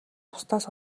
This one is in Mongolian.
бусдаас